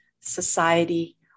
society